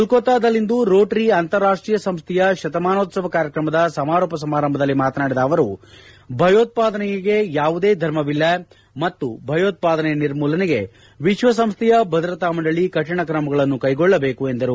ಕೋಲ್ಲತ್ಸಾದಲ್ಲಿಂದು Rotary ಅಂತಾರಾಷ್ಷೀಯ ಸಂಸ್ಲೆಯ ಶತಮಾನೋತ್ತವ ಕಾರ್ಯಕ್ರಮದ ಸಮಾರೋಪ ಸಮಾರಂಭದಲ್ಲಿ ಮಾತನಾಡಿದ ಅವರು ಭಯೋತ್ಪಾದನೆಯ ಯಾವುದೇ ಧರ್ಮವಿಲ್ಲ ಮತ್ತು ಭಯೋತ್ಪಾದನೆ ನಿರ್ಮೂಲನೆಗೆ ವಿಶ್ವಸಂಸ್ಥೆಗೆ ಭದ್ರತಾ ಮಂಡಳಿ ಕಠಿಣ ಕ್ರಮಗಳನ್ನು ಕ್ಲೆಗೊಳ್ಟಬೇಕು ಎಂದರು